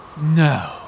No